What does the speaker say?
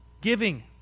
Giving